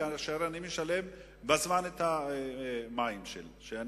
כאשר אני משלם בזמן את המים שאני